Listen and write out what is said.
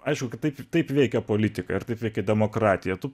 aš juk taip taip veikia politiką ir taip veikia demokratija tu